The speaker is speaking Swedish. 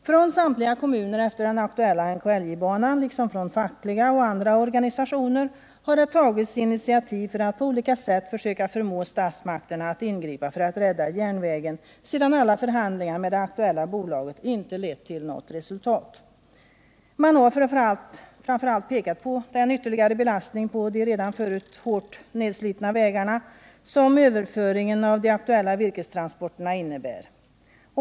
Från samtliga kommuner efter den aktuella NKIJ banan liksom från fackliga och andra organisationer har tagits initiativ för att på olika sätt försöka förmå statsmakterna att ingripa för att rädda järnvägen, sedan förhandlingarna med det aktuella bolaget inte lett till något resultat. Man har framför allt pekat på den ytterligare belastning på de redan förut hårt nedslitna vägarna som överföringen av de aktuella virkestransporterna innebär.